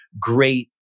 great